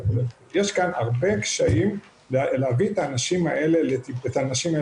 יש כאן הרבה קשיים להביא את הנשים האלה לטיפול.